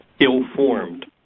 ill-formed